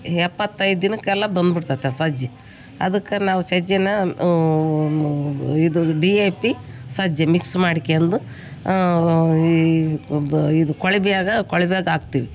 ಎಪ್ಪತೈದು ದಿನಕ್ಕೆಲ್ಲ ಬಂದುಬಿಡ್ತತೆ ಸಜ್ಜಿ ಅದಕ್ಕಾ ನಾವು ಸೆಜ್ಜಿನ ಇದು ಡಿ ಎ ಪಿ ಸಜ್ಜೆ ಮಿಕ್ಸ್ ಮಾಡಿಕ್ಯಂದು ಇದು ಕೊಳಿವ್ಯಾಗಾ ಕೊಳಿವ್ಯಾಗ್ ಹಾಕ್ತಿವಿ